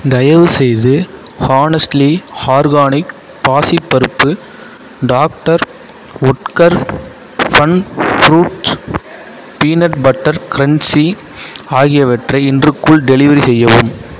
தயவுசெய்து honestly organic பாசிப் பருப்பு doctor Oetker fun fruits peanut butter crunchy ஆகியவற்றை இன்றுக்குள் டெலிவெரி செய்யவும்